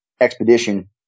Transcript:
expedition